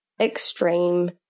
extreme